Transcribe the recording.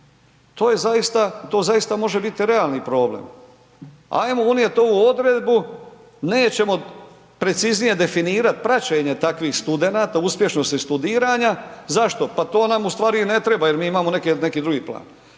to zaista može biti realni problem, ajmo unijet ovu odredbu, nećemo preciznije definirat praćenje takvih studenata, uspješnosti studiranja, zašto, pa to nam u stvari i ne treba jer mi imamo neki, neki drugi plan.